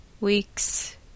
weeks